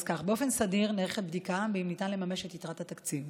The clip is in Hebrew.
אז כך: באופן סדיר נערכת בדיקה אם ניתן לממש את יתרת התקציב